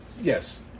yes